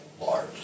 large